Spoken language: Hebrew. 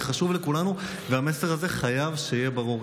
זה חשוב לכולנו, והמסר הזה חייב להיות ברור.